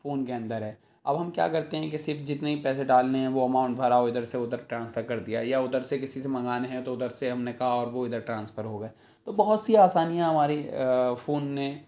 phone کے اندر ہے اب ہم کیا کرتے ہیں کہ صرف جتنے پیسے ڈالنے ہیں وہ اماؤنٹ بھرا اور ادھر سے ادھر ٹرانسفر کر دیا یا ادھر سے کسی سے منگانے ہیں تو ادھر سے ہم نے کہا اور وہ ادھر ٹرانسفر ہو گیے تو بہت سی آسانیاں ہماری فون نے